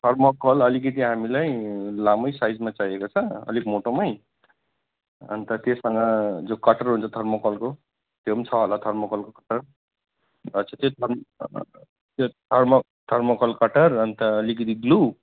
thermocol अलिकति हामीलाई लामै साइजमा चाहिएको छ अलिक मोटोमै अन्त त्योसँग जो कटर हुन्छ थर्मोकलको त्यो पनि छ होला थर्मोकल कटर अच्छा त्यो थर्मो त्यो थर्मोकल कटर अन्त अलिकति ग्लु